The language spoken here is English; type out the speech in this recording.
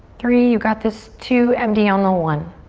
three, you got this, two, empty on the one.